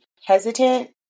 hesitant